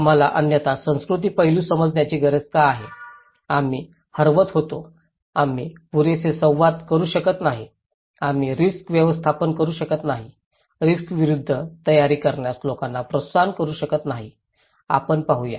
आम्हाला अन्यथा सांस्कृतिक पैलू समजण्याची गरज का आहे आम्ही हरवत होतो आम्ही पुरेसे संवाद करू शकत नाही आम्ही रिस्क व्यवस्थापित करू शकत नाही रिस्कविरूद्ध तयारी करण्यास लोकांना प्रोत्साहित करू शकत नाही आपण पाहूया